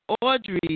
Audrey